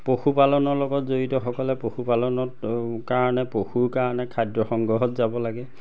পশুপালনৰ লগত জড়িতসকলে পশুপালনৰ কাৰণে পশুৰ কাৰণে খাদ্য সংগ্ৰহত যাব লাগে